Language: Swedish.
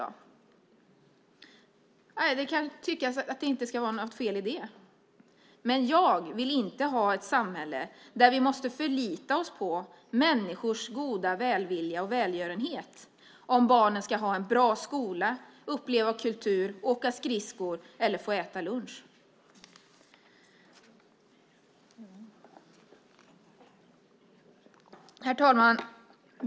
Nej, det kan tyckas att det inte ska vara något fel i det. Men jag vill inte ha ett samhälle där vi måste förlita oss på människors goda vilja och välgörenhet för att barnen ska ha en bra skola, få uppleva kultur, åka skridskor eller äta lunch. Herr talman!